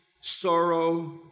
sorrow